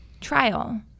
trial